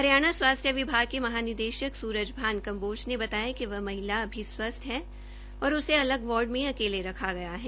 हरियाणा स्वासथ्य विभाग के महानिदेशक सूरजभान कम्बोज ने बताया कि वह महिला अभी स्वस्थ है और उसे अलग वार्ड में अकेले रखा गया है